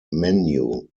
menu